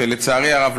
לצערי הרב,